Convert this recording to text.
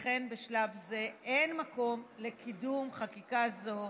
לכן בשלב זה אין מקום לקידום חקיקה זו,